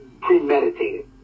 premeditated